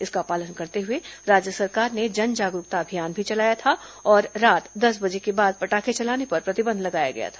इसका पालन करते हुए राज्य सरकार ने जन जागरूगता अभियान भी चलाया था और रात दस बजे के बाद पटाखे चलाने पर प्रतिबंध लगाया गया था